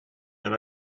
and